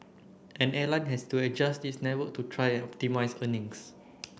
an airline has to adjust its network to try and optimise earnings